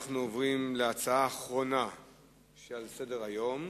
אנחנו עוברים להצעה האחרונה שעל סדר-היום,